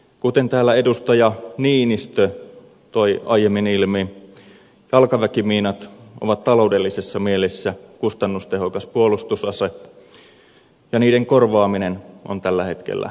kuten täällä edustaja niinistö toi aiemmin ilmi jalkaväkimiinat ovat taloudellisessa mielessä kustannustehokas puolustusase ja niiden korvaaminen on tällä hetkellä mahdotonta